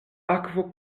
akvo